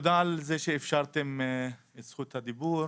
תודה על זה שאפשרתם את זכות הדיבור.